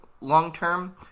long-term